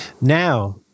Now